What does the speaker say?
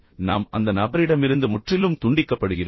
எனவே நாம் அந்த நபரிடமிருந்து முற்றிலும் துண்டிக்கப்படுகிறோம்